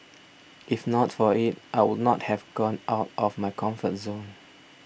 if not for it I would not have gone out of my comfort zone